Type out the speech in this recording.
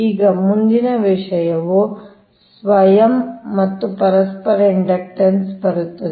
ಈಗ ಮುಂದಿನ ವಿಷಯವು ಸ್ವಯಂ ಮತ್ತು ಪರಸ್ಪರ ಇಂಡಕ್ಟನ್ಸ್ ಬರುತ್ತದೆ